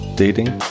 dating